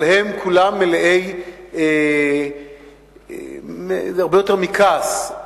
אבל הם כולם מלאי, הרבה יותר מכעס.